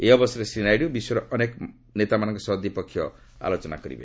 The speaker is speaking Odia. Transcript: ଏହି ଅବସରରେ ଶ୍ରୀ ନାଇଡୁ ବିଶ୍ୱର ଅନେକ ନେତାମାନଙ୍କ ସହ ଦ୍ୱିପକ୍ଷୀୟ ଆଲୋଚନା କରିବେ